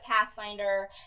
Pathfinder